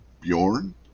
Bjorn